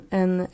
en